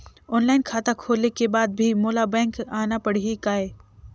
Online खाता खोले के बाद भी मोला बैंक आना पड़ही काय?